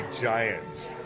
giants